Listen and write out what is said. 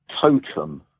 totem